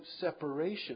separation